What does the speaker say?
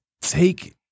Take